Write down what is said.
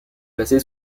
placée